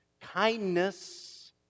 kindness